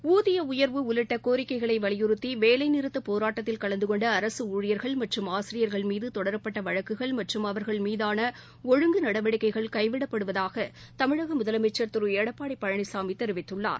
ஊதிய உயர்வு உள்ளிட்ட கோரிக்கைகளை வலியுறுத்தி வேலை நிறுத்தப் போரட்டத்தில் கலந்தகொண்ட அரசு ஊழியர்கள் மற்றும் ஆசிரியர்கள் மீது தொடரப்பட்ட வழக்குகள் மற்றும் அவர்கள் மீதான ஒழுங்கு நடவடிக்கைகள் கைவிடப்படுவதாக தமிழக முதலமைச்சர் திரு எடப்பாடி பழனிசாமி தெரிவித்துள்ளார்